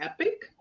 epic